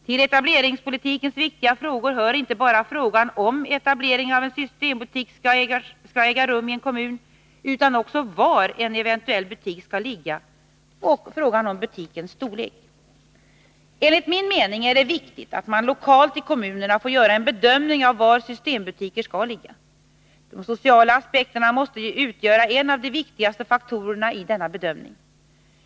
Till etableringspolitikens viktiga frågor hör inte bara frågan om etablering av en systembutik skall ske i en kommun, utan också var en eventuell butik skall ligga och butikens storlek. Enligt min mening är det viktigt att man lokalt i kommunerna får göra en bedömning av var systembutiker skall ligga. De sociala aspekterna måste utgöra en av de viktigaste faktorerna i denna bedömning.